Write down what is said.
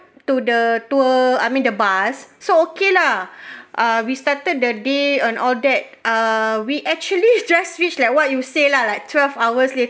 to the tour I mean the bus so okay lah ah we started the day and all that uh we actually just reach like what you say lah like twelve hours